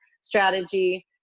strategy